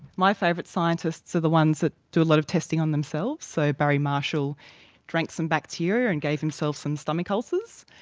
my favourite scientists are the ones who do a lot of testing on themselves. so barry marshall drank some bacteria and gave himself some stomach ulcers.